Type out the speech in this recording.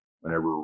whenever